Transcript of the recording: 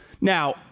now